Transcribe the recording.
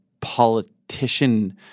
politician